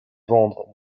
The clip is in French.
vendre